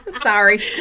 Sorry